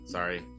Sorry